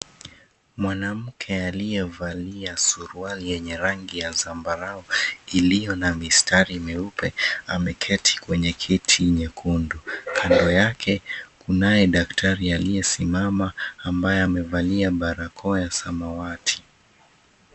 Mwanamke aliyevalia suruali yenye rangi ya zambarau iliyo na mistari meupe ameketi kwenye kiti nyekundu. Kando yake kunaye daktari aliyesimama ambaye amevalia barakoa ya samawati.